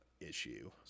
issue